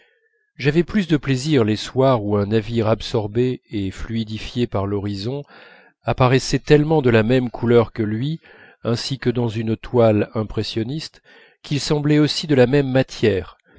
j'avais plus de plaisir les soirs où un navire absorbé et fluidifié par l'horizon apparaissait tellement de la même couleur que lui ainsi que dans une toile impressionniste qu'il semblait aussi de la même matière